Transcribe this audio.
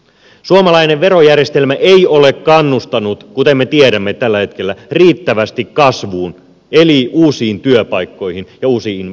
suomalainen verojärjestelmä ei ole kannustanut kuten me tiedämme tällä hetkellä riittävästi kasvuun eli uusiin työpaikkoihin ja uusiin investointeihin